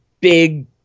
big